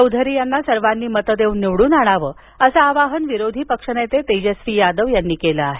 चौधरी यांना सर्वांनी मते देऊन निवडून आणावं असं आवाहन विरोधी पक्षनेते तेजस्वी यादव यांनी केलं आहे